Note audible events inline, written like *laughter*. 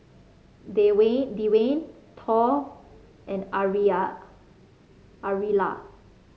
*unintelligible* Dewayne Thor and Aurilla